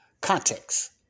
Context